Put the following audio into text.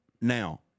Now